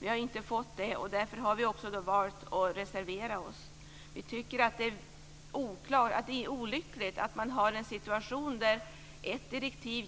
Vi har ju inte fått det och därför har vi valt att reservera oss. Vi tycker att det är olyckligt att ha en situation där ett direktiv